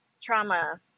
trauma